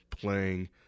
playing